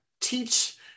teach